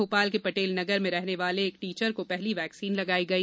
भोपाल के पटेल नगर में रहने वाले एक टीचर को पहली वैक्सीन लगाई गई